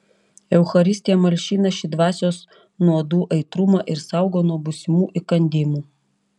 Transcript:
eucharistija malšina šį dvasios nuodų aitrumą ir saugo nuo būsimų įkandimų